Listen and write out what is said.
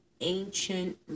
ancient